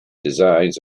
designs